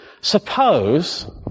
suppose